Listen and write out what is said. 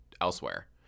elsewhere